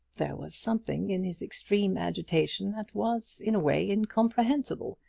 there was something in his extreme agitation that was, in a way, incomprehensible.